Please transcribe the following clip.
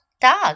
dog